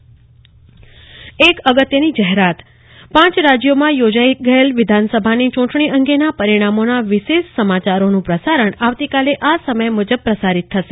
કલ્પના શાહ એક અગત્યની જાહેરાત પાંચ રાજ્યોમા યોજાઈ ગયેલ વિધાનસભાની ચૂંટણી અંગેના પરિણામોના વિશેષ સમાચારોનું પ્રસારણ આવતીકાલે આ સમય મુજબ પ્રસારીત થશે